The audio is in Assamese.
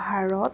ভাৰত